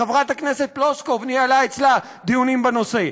חברת הכנסת פלוסקוב ניהלה אצלה דיונים בנושא.